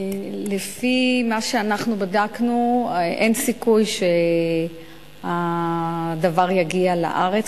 לפי מה שאנחנו בדקנו, אין סיכוי שהדבר יגיע לארץ.